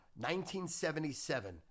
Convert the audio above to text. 1977